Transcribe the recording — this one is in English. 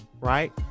Right